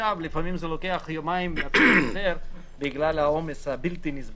עכשיו לפעמים זה לוקח יומיים או קצת יותר בגלל העומס הבלתי נסבל.